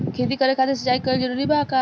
खेती करे खातिर सिंचाई कइल जरूरी बा का?